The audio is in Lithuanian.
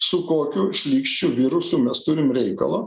su kokiu šlykščiu virusu mes turim reikalą